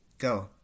Go